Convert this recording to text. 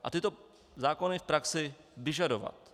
A tyto zákony v praxi vyžadovat.